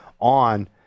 on